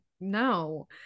no